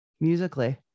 musically